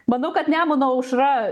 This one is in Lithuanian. manau kad nemuno aušra